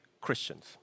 Christians